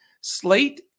slate